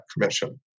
commission